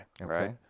right